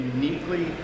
uniquely